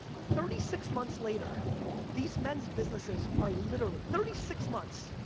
thirty six months later these mens' businesses are literally, thirty six months,